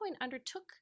undertook